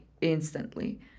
instantly